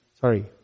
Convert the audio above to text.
sorry